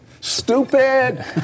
stupid